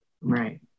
Right